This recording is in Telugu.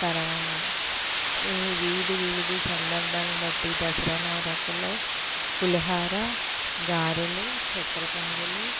పరమాన్నం వివిధ వివిధ సందర్భాలను బట్టి దసరా నవరాత్రులు పులిహోర గారెలు చక్కెర పొంగలి